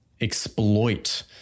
exploit